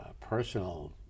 personal